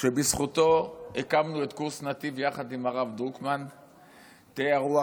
שבזכותה הקמנו את קורס נתיב יחד עם הרב דרוקמן תהיה הרוח